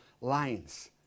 lines